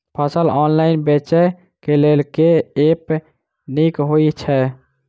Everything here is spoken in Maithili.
फसल ऑनलाइन बेचै केँ लेल केँ ऐप नीक होइ छै?